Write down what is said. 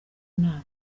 nama